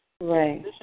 right